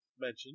mention